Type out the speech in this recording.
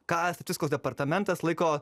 ką statistikos departamentas laiko